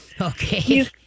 Okay